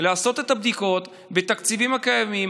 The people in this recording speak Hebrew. לעשות את הבדיקות בתקציבים הקיימים,